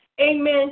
amen